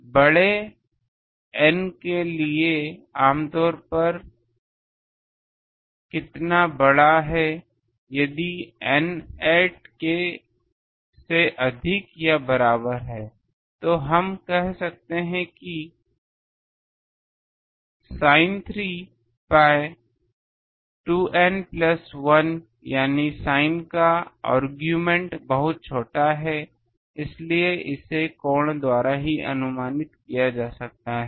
बड़े N के लिए आमतौर पर कितना बड़ा है यदि N 8 से अधिक या बराबर है तो हम कह सकते हैं कि sin 3 pi 2 N प्लस 1 यानी sin का आर्गुमेंट बहुत छोटा है इसलिए इसे कोण द्वारा ही अनुमानित किया जा सकता है